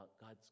God's